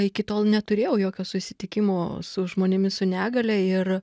iki tol neturėjau jokio susitikimo su žmonėmis su negalia ir